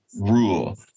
rule